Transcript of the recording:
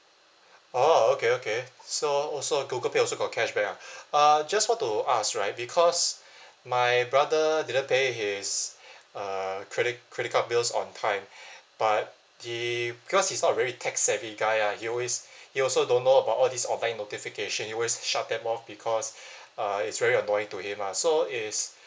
orh okay okay so also Google Pay also got cashback ah uh just want to ask right because my brother didn't pay his uh credit credit card bills on time but the because he's not very tech savvy guy ah he always he also don't know about all this online notification he was shut them off because uh it's very annoying to him lah so it's